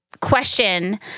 question